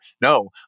No